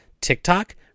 TikTok